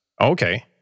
Okay